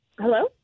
Hello